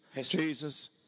Jesus